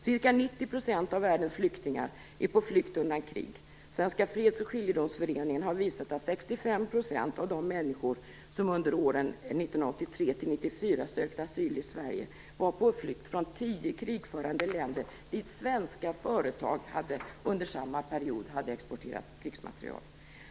Ca 90 % av världens flyktingar är på flykt undan krig. Svenska freds och skiljedomsföreningen har visat att 65 % av de människor som under åren 1983-1994 sökte asyl i Sverige var på flykt från tio krigförande länder dit svenska företag under samma period hade exporterat krigsmateriel.